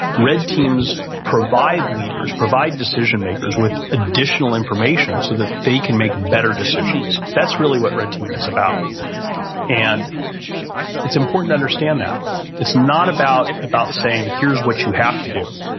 red teams provide leaders provide decision makers with additional information so that they can make better decisions. that's really what red teaming is about and it's important to understand that it's not about about saying, here's what you have to do.